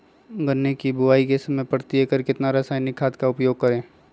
गन्ने की बुवाई के समय प्रति एकड़ कितना रासायनिक खाद का उपयोग करें?